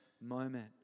moment